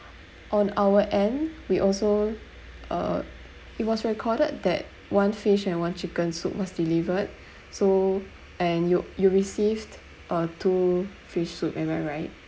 on our end we also uh it was recorded that one fish and one chicken soup was delivered so and you you received uh two fish soup am I right